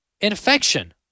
infection